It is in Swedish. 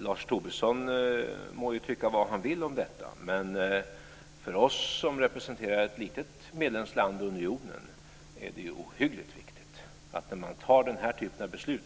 Lars Tobisson må tycka vad han vill om detta, men för oss som representerar ett litet medlemsland i unionen är det ohyggligt viktigt att när man fattar den här typen av beslut,